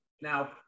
Now